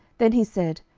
then he said,